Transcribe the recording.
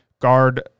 Guard